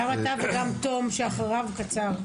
גם תום שאחריו, בקצרה.